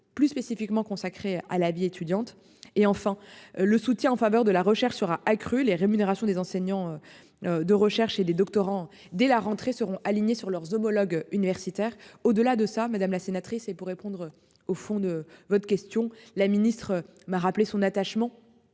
plus spécifiquement. À la vie étudiante et enfin le soutien en faveur de la recherche sera accru les rémunérations des enseignants. De recherche et des doctorants dès la rentrée seront alignés sur leurs homologues universitaire au-delà de ça, madame la sénatrice et pour répondre au fond de votre question. La ministre m'a rappelé son attachement.